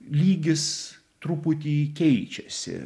lygis truputį keičiasi